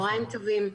צוהריים טובים,